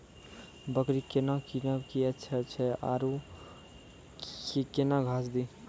बकरी केना कीनब केअचछ छ औरू के न घास दी?